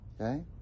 Okay